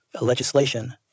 legislation